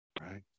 right